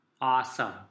Awesome